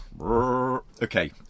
Okay